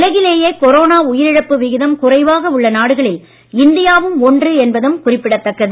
உலகிலேயே கொரோனா உயிரிழப்பு விகிதம் குறைவாக உள்ள நாடுகளில் இந்தியாவும் ஒன்று என்பதும் குறிப்பிடத் தக்கது